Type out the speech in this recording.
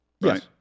right